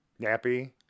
Nappy